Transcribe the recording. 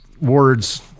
words